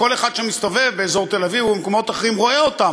כל אחד שמסתובב באזור תל-אביב ובמקומות אחרים רואה אותם.